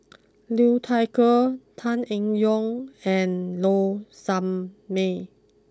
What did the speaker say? Liu Thai Ker Tan Eng Yoon and Low Sanmay